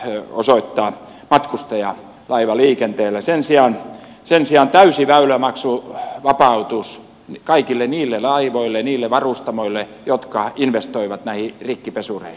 työ osoittaa matkustajia laivaliikenteellä sen sijaan sen sijaan täysi väylämaksuvapautus kaikille niille laivoille niille varustamoille jotka investoivat näihin rikkipesureihin